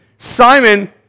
Simon